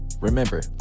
Remember